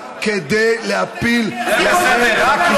כנראה,